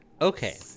okay